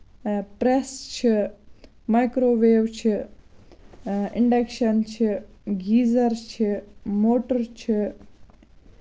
press چھِ microwave چھِ induction چھِ گیٖزَر چھِ موٹر چھِ